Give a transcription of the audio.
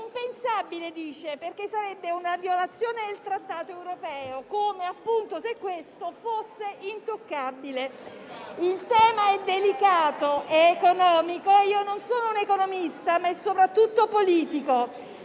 impensabile, perché sarebbe stata una violazione del trattato europeo, come se questo fosse intoccabile. Il tema è delicato, di carattere economico (e io non sono un economista), ma soprattutto politico;